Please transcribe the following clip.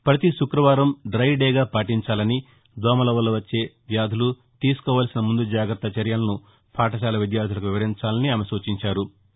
ప్రపతి శుక్రవారం డై డేగా పాటించాలని దోమల వల్ల వచ్చే వ్యాధులు తీసుకోవలసిన ముందు జాగ్రత్త చర్యలను పాఠశాల విద్యార్దులకు వివరించాలని ఆమె సూచించారు